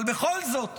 אבל בכל זאת,